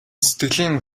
сэтгэлийн